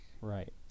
right